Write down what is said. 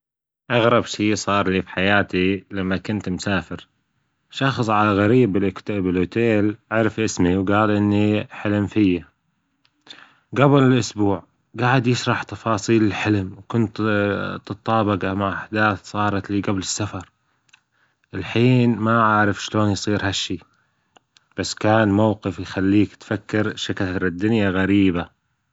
أغرب شي صار لي في حياتي لما كنت مسافر، شخص على غريب بالاوتيل عرف اسمي وجال إني حلم في، جبل الأسبوع جعد يشرح تفاصيل الحلم وكنت تتطابق مع أحداث صارت لي جبل السفر، الحين ما اعرف يصير هالشي بس كان موجف يخليك تفكر شكد هالدنيا غريبة.